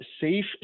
safe